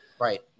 Right